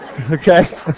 Okay